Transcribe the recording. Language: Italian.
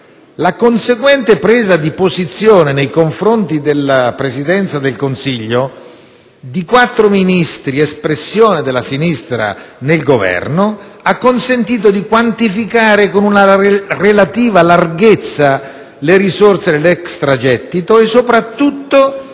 La conseguente presa di posizione, nei confronti della Presidenza del Consiglio, di quattro Ministri espressione della sinistra nel Governo, ha consentito di quantificare con una relativa larghezza le risorse dell'extragettito e, soprattutto,